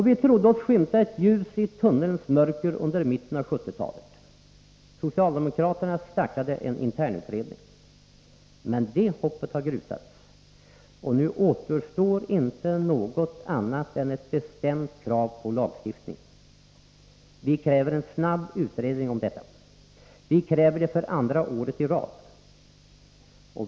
Vi trodde oss skymta ett ljus i tunnelns mörker under mitten av 1970-talet. Socialdemokraterna startade en internutredning. Men det hoppet har grusats, och nu återstår inte något annat än ett bestämt krav på lagstiftning. Vi kräver en snabb utredning om detta. Vi kräver det för andra året i rad.